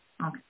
okay